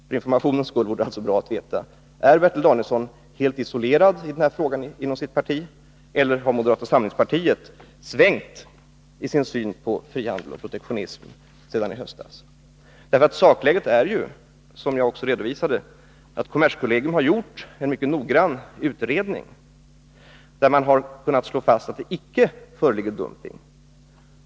För informationens skull vore det därför bra om vi fick svar på frågan: Är Bertil Danielsson helt isolerad i den här frågan inom sitt parti, eller har moderata samlingspartiet svängt i sin syn på frihandel och protektionism sedan i höstas? Som jag redovisade i mitt svar är sakläget att kommerskollegium har gjort en mycket noggrann utredning, och man har där kunnat slå fast att det icke föreligger dumpning.